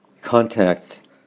contact